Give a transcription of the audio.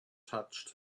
touched